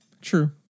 True